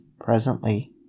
presently